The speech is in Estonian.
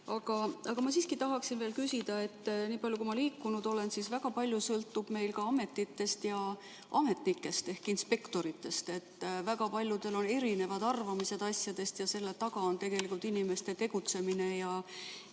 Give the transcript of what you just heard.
aga ma siiski tahaksin veel küsida. Nii palju kui ma liikunud olen, siis väga palju sõltub meil ka ametitest ja ametnikest ehk inspektoritest. Väga paljudel on erinevad arvamused asjadest ja selle taga on tegelikult inimeste tegutsemine ja